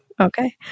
Okay